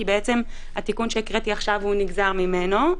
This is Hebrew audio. כי התיקון שקראתי עכשיו נגזר ממנו,